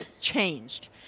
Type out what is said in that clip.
changed